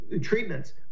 treatments